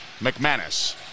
McManus